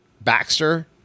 Baxter